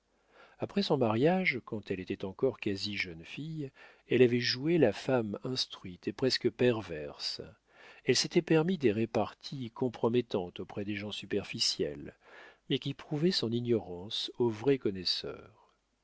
après son mariage quand elle était encore quasi jeune fille elle avait joué la femme instruite et presque perverse elle s'était permis des reparties compromettantes auprès des gens superficiels mais qui prouvaient son ignorance aux vrais connaisseurs